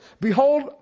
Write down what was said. behold